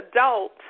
adult